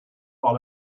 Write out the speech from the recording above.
par